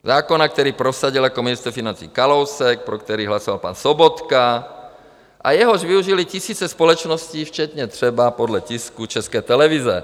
Zákon, který prosadil jako ministr financí Kalousek, pro který hlasoval pan Sobotka a jehož využily tisíce společností včetně třeba podle tisku České televize.